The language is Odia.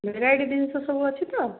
ଭେରାଇଟି ଜିନିଷ ସବୁ ଅଛି ତ